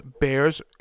bears